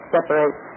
Separate